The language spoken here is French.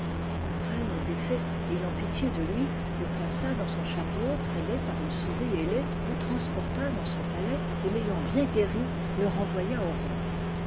la reine des fées ayant pitié de lui le plaça dans son chariot traîné par une souris ailée le transporta dans son palais et l'ayant bien guéri le renvoya au roi